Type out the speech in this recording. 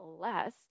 less